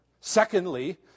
Secondly